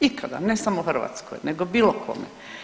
Ikada, ne samo Hrvatskoj, nego bilo kome.